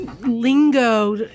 lingo